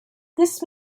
this